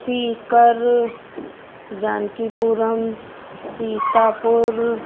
Sikar Jankipuram Sitapur